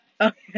Okay